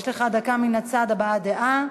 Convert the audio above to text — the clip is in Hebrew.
יש לך דקה מן הצד להבעת דעה,